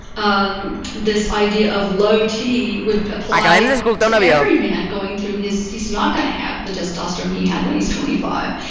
um this idea of low t would apply to every man going through his, he's not going to have the testosterone he had when he's twenty five.